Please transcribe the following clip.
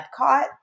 Epcot